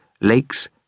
lakes